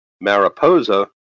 Mariposa